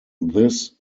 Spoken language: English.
this